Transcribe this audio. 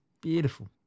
Beautiful